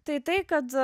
tai tai kad